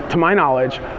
to my knowledge,